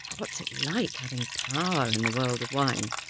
what's it like having power in the world of wine?